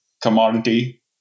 commodity